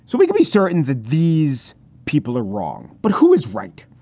so we can be certain that these people are wrong. but who is right?